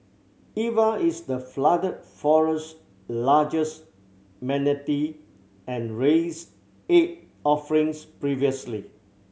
Eva is the Flooded Forest largest manatee and raised eight offspring previously